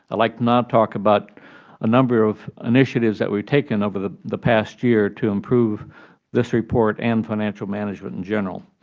ah like to not talk about a number of initiatives that were taken over the the past year to improve this report and financial management in general.